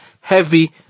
heavy